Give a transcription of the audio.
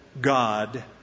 God